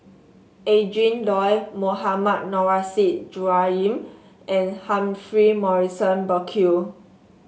Adrin Loi Mohammad Nurrasyid Juraimi and Humphrey Morrison Burkill